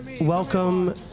welcome